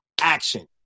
action